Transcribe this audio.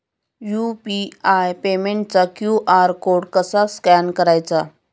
UPI पेमेंटचा QR code कसा scan करायचा?